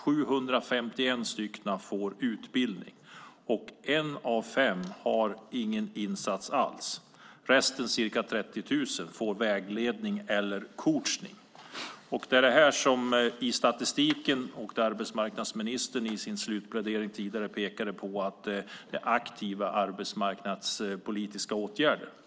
751 får utbildning. En av fem har ingen insats alls. Resten, ca 30 000, får vägledning eller coachning. Det är detta som i statistiken, och som arbetsmarknadsministern i sin slutplädering tidigare pekade på, är aktiva arbetsmarknadspolitiska åtgärder.